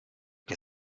che